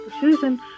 Susan